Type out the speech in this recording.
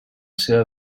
seva